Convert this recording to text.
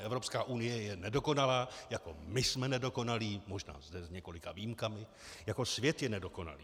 Evropská unie je nedokonalá, jako my jsme nedokonalí, možná zde s několika výjimkami, jako svět je nedokonalý.